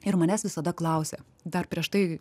ir manęs visada klausia dar prieš tai